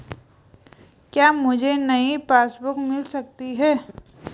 क्या मुझे नयी पासबुक बुक मिल सकती है?